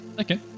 okay